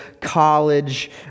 college